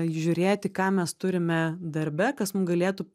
žiūrėti ką mes turime darbe kas mum galėtų